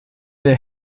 der